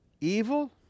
evil